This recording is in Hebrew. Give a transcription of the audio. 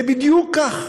זה בדיוק כך,